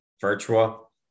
virtual